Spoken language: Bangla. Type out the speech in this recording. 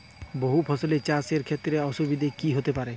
বহু ফসলী চাষ এর ক্ষেত্রে অসুবিধে কী কী হতে পারে?